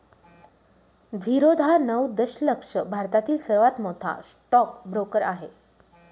झिरोधा नऊ दशलक्ष भारतातील सर्वात मोठा स्टॉक ब्रोकर आहे